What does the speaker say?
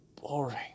boring